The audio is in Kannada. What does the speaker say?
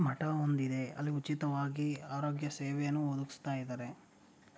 ಮಠ ಒಂದಿದೆ ಅಲ್ಲಿ ಉಚಿತವಾಗಿ ಆರೋಗ್ಯ ಸೇವೆಯನ್ನು ಒದಗಿಸ್ತಾಯಿದ್ದಾರೆ